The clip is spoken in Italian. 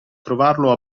trovarlo